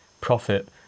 profit